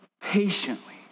patiently